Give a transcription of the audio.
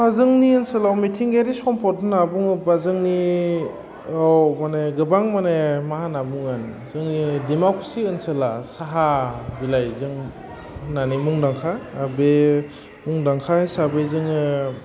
जोंनि ओनसोलाव मिथिंगायारि सम्पद होन्ना बुङोबा जोंनि माने गोबां माने मा होन्ना बुगोन जोंनि दिमाकुसि ओनसोला साहा बिलाइजों होन्नानै मुंदांखा बे मुंदांखा हिसाबै जोङो